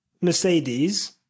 Mercedes